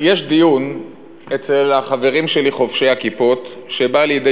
יש דיון אצל החברים שלי חובשי הכיפות שבא לידי